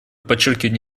подчеркивает